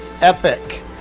epic